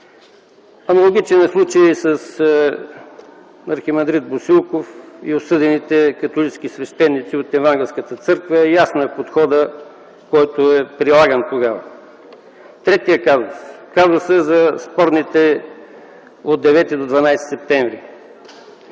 Аналогичен е случаят с архимандрит Босилков и осъдените католически свещеници от Евангелската църква. Ясен е подходът, който е прилаган тогава. Третият казус е казусът за спорните – от 9 до 12 септември.